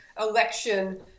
election